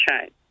change